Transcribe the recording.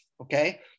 okay